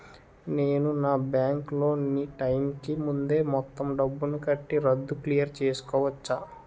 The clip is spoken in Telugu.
నేను నా బ్యాంక్ లోన్ నీ టైం కీ ముందే మొత్తం డబ్బుని కట్టి రద్దు క్లియర్ చేసుకోవచ్చా?